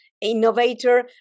innovator